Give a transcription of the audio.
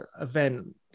event